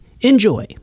Enjoy